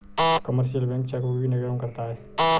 commercial bank chequebook भी निर्गम करता है